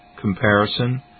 comparison